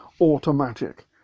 Automatic